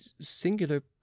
singular